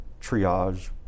triage